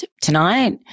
tonight